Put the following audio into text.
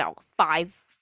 five